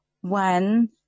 one